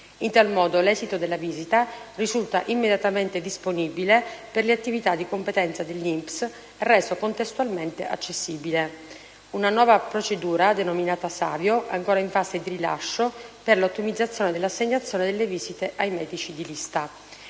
In tal modo l'esito della visita risulta immediatamente disponibile per le attività di competenza dell'INPS e reso contestualmente accessibile. Il terzo strumento è una nuova procedura, denominata SAVIO, ancora in fase di rilascio, per l'ottimizzazione dell'assegnazione delle visite ai medici di lista.